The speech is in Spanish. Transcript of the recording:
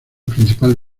principal